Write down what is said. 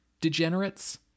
degenerates